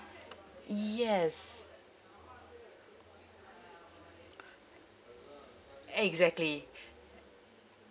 y~ yes exactly